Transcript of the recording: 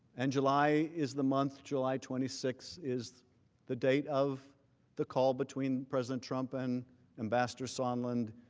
and july is the month, july twenty six, is the date of the call between president trump and ambassador sondland,